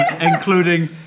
Including